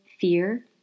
fear